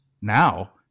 Now